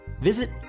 Visit